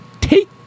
take